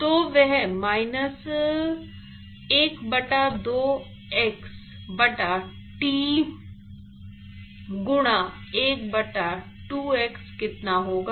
तो वह माइनस 1 बटा 2 x बटा t गुणा 1 बटा 2 x कितना होगा